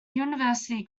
university